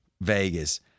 Vegas